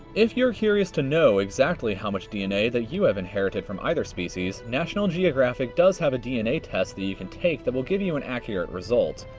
if you're curious to know exactly how much dna that you have inherited from either species, national geographic does have a dna test that you can take that will give you you an accurate result.